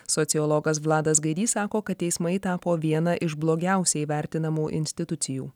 sociologas vladas gaidys sako kad teismai tapo viena iš blogiausiai vertinamų institucijų